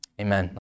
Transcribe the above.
Amen